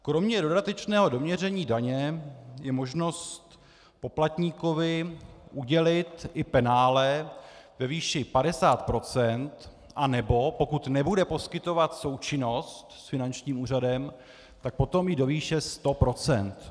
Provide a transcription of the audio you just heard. Kromě dodatečného doměření daně je možnost poplatníkovi udělit i penále ve výši 50 %, anebo pokud nebude poskytovat součinnost s finančním úřadem, tak potom i do výše 100 %.